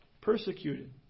persecuted